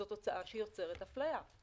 זאת תוצאה שיוצרת אפליה.